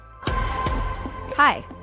Hi